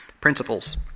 principles